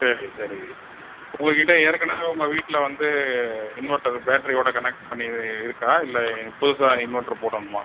சரி சரி உங்ககிட்ட ஏற்கனவே உங்கள் வீட்டில் வந்து இன்வட்டர் பேட்ரியோடு கனெக்ட் பண்ணி இருக்கா இல்லை புதுசாக இன்வட்டர் போடணுமா